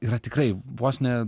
yra tikrai vos ne